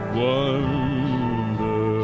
wonder